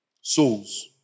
Souls